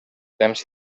temps